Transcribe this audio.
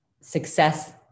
success